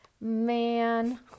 man